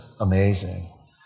amazing